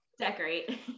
decorate